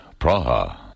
Praha